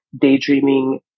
daydreaming